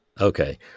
Okay